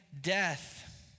death